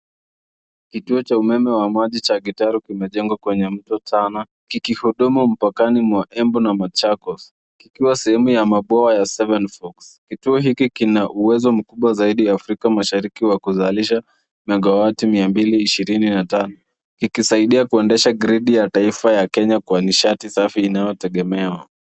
Kituo cha umeme wa maji cha Gitaru kimejengwa kwenye mto Tana kikihudumu mpakani mwa Embu na Machakos kikiwa sehemu ya mabwawa ya seven forks kituo hiki kina uwezo mkubwa zaidi Afrika Mashariki wa kuzalisha magawati 225 kikisaidia kuendesha gredi ya taifa ya Kenya kwa nishati safi inayotegemewa.